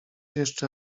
jeszcze